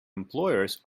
employers